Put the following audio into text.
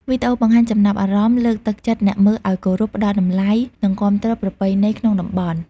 វីដេអូបង្ហាញចំណាប់អារម្មណ៍លើកទឹកចិត្តអ្នកមើលឲ្យគោរព ផ្ដល់តម្លៃ និងគាំទ្រប្រពៃណីក្នុងតំបន់។